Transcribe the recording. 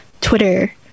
twitter